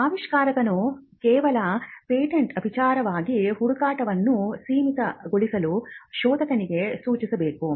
ಆವಿಷ್ಕಾರಕನು ಕೇವಲ ಪೇಟೆಂಟ್ ವಿಚಾರವಾಗಿ ಹುಡುಕಾಟವನ್ನು ಸೀಮಿತಗೊಳಿಸಲು ಶೋಧಕನಿಗೆ ಸೂಚಿಸಬೇಕು